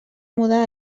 mudar